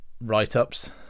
write-ups